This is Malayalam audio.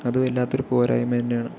അത് വല്ലാത്ത ഒരു പോരായ്മ തന്നെയാണ്